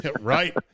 right